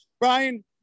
Brian